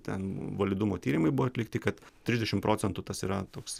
ten validumo tyrimai buvo atlikti kad trisdešimt procentų tas yra toks